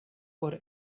por